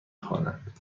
خواند